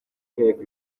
nteko